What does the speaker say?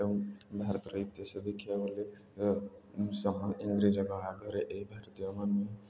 ଏବଂ ଭାରତର ଇତିହାସରେ ଦେଖିବାକୁ ଗଲେ ଏହି ଭାରତୀୟମାନେ